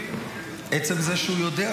עצם זה שהוא יודע,